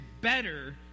better